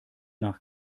nach